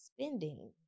spending